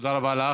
תודה רבה לך.